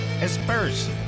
asperse